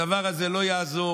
הדבר הזה לא יעזור.